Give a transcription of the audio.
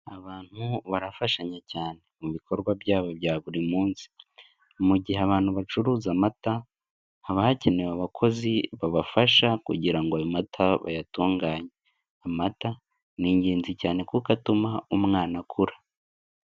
Abantu barafashanya cyane mu bikorwa byabo bya buri munsi, mu gihe abantu bacuruza amata haba hakenewe abakozi babafasha kugira ngo ayo mata bayatunganye, amata ni ingenzi cyane kuko atuma umwana akura.